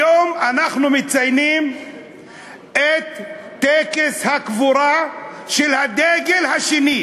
היום אנחנו מציינים את טקס הקבורה של הדגל השני.